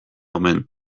omen